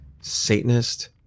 Satanist